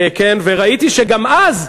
וראיתי שגם אז,